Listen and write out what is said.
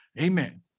Amen